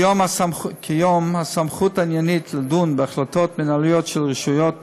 כיום הסמכות העניינית לדון בהחלטות מינהליות של רשויות